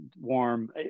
warm